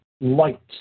light